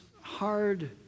hard